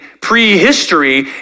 prehistory